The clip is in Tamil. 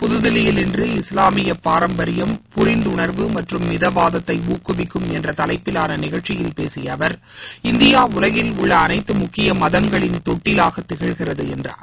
புதுதில்லியில் இன்று இஸ்லாமிய பாரம்பரியம் புரிந்துணர்வு மற்றும் மிதவாதத்தை ஊக்குவிக்கும் என்ற தலைப்பிலாள நிகழ்ச்சியில் பேசிய அவர் இந்தியா உலகில் உள்ள அனைத்து முக்கிய மதங்களின் தொட்டிலாக திகழ்கிறது என்றார்